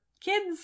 kids